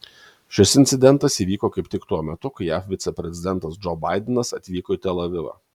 šis incidentas įvyko kaip tik tuo metu kai jav viceprezidentas džo baidenas atvyko į tel avivą